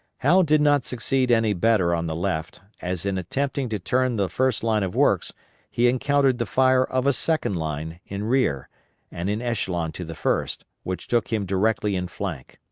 howe did not succeed any better on the left, as in attempting to turn the first line of works he encountered the fire of a second line in rear and in echelon to the first, which took him directly in flank.